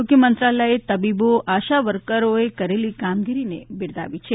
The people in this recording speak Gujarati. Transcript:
આરોગ્ય મંત્રાલયે તબીબો આશાવર્કરોએ કરેલી કામગીરી બિરદાવી હતી